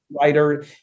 writer